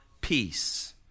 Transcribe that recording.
peace